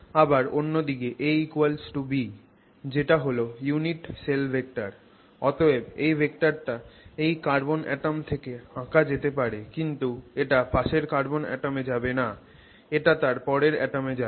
আবার অন্য দিকে ab যেটা হল unit cell vector অতএব এই ভেক্টর টা এই কার্বন অ্যাটম থেকে আঁকা যেতে পারে কিন্তু এটা পাশের কার্বন অ্যাটমে যাবে না এটা তার পরের অ্যাটমে যাবে